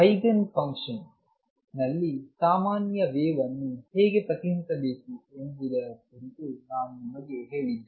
eigen function ನಲ್ಲಿ ಸಾಮಾನ್ಯ wave ಅನ್ನು ಹೇಗೆ ಪ್ರತಿನಿಧಿಸಬೇಕು ಎಂಬುದರ ಕುರಿತು ನಾನು ನಿಮಗೆ ಹೇಳಿದ್ದೆ